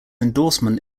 endorsement